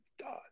God